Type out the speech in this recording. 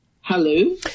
Hello